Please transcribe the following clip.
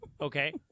okay